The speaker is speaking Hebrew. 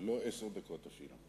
לא עשר דקות, אפילו.